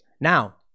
Now